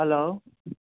hello